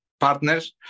partners